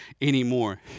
anymore